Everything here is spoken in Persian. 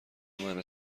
منه